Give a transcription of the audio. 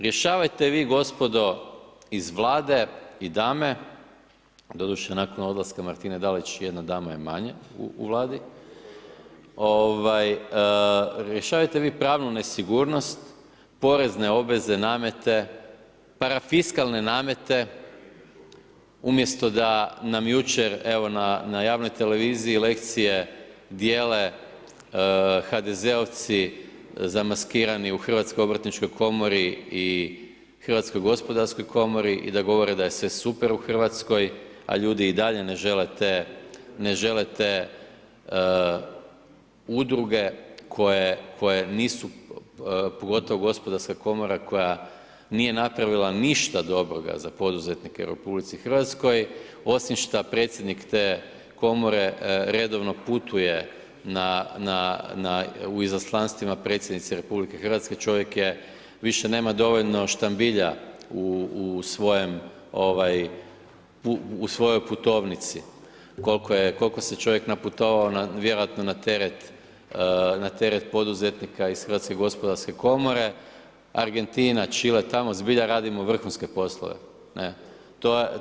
Rješavajte vi gospodo iz Vlade i dame, doduše nakon odlaska Martine Dalić jedna dama je manje u Vladi, rješavajte vi pravnu nesigurnost, porezne obveze, namete, parafiskalne namete umjesto da nam jučer na javnoj televiziji lekcije dijele HDZ-ovci zamaskirani u Hrvatskoj obrtničkoj komori i Hrvatskoj gospodarskoj komori i da govore da je sve super u Hrvatskoj, a ljudi i dalje ne žele te udruge koje nisu, pogotovo Gospodarska komora koja nije napravila ništa dobroga za poduzetnike u RH, osim što predsjednik te komore redovno putuje na u izaslanstvima predsjednice RH, čovjek je više nema dovoljno štambilja u svojoj putovnici koliko se čovjek naputovao vjerojatno na teret poduzetnika iz Hrvatske gospodarske komore, Argentina, Čile, tamo zbilja radimo vrhunske poslove, ne.